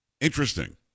Interesting